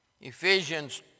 Ephesians